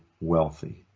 wealthy